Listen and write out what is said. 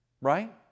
right